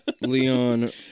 Leon